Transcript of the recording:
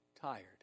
tired